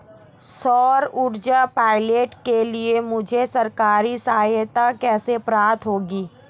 सौर ऊर्जा प्लांट के लिए मुझे सरकारी सहायता कैसे प्राप्त होगी?